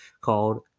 called